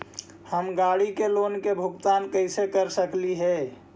हम गाड़ी के लोन के भुगतान कैसे कर सकली हे?